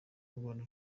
rwanda